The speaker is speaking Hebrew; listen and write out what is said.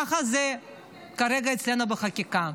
ככה זה כרגע אצלנו בחקיקה.